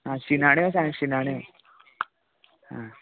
हां शिणाण्यो सांग शिणाण्यो हां